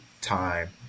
time